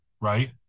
right